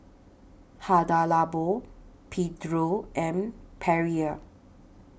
Hada Labo Pedro and Perrier